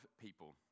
people